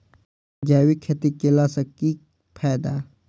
जैविक खेती केला सऽ की फायदा?